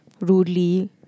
rudely